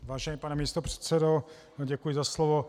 Vážený pane místopředsedo, děkuji za slovo.